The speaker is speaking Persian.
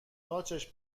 تاچشم